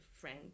friend